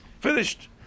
Finished